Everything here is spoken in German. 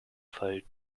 fall